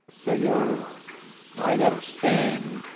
so you're either saying,